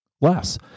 less